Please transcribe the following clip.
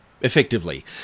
effectively